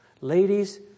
Ladies